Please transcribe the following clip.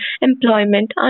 employment